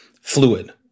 fluid